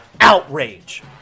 Outrage